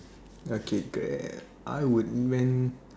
okay great I would man